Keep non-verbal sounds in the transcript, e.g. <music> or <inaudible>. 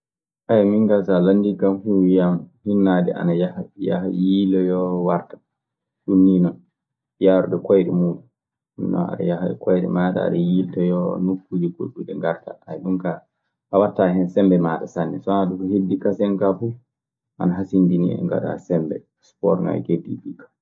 <hesitation> minka saa landiike kan fuu mi wiyan hinnaade ana yaha. Yaha yiiloyoo warta. Ɗun nii non. Yaarude koyɗe muuɗun, ɗun non aɗa yaha e koyɗe maaɗa aɗa yiiltoyoo nokkuuji goɗɗuɗe ngartaa. <hesitation> ɗun kaa a waɗtaa hen sembe maaɗa sanne, s-p wanaa ɗun ko heddii kaseŋ kaa fu ana hasindinii e ngaɗaa sembe sporŋaaji keddiiɗi ɗii kaa.